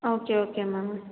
okay okay ma'am